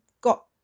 got